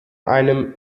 einem